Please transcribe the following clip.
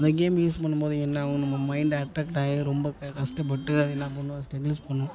அந்த game use பண்ணும் போது என்ன ஆகும் நம்ம மைண்டு அட்ராக்ட் ஆகி ரொம்ப க கஷ்டப்பட்டு அது என்ன பண்ணும் ஸ்டெப்ளைஸ் பண்ணும்